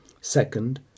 Second